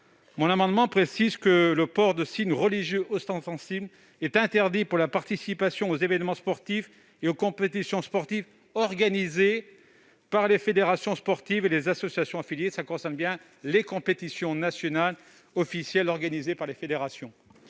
Mon amendement tend à préciser que le port de signes religieux ostensibles est interdit lorsqu'on participe à des événements sportifs et à des compétitions sportives organisées par les fédérations sportives et les associations affiliées. Il vise donc bien les compétitions nationales officielles organisées par les fédérations.